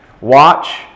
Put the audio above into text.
Watch